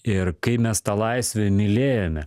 ir kai mes tą laisvę mylėjome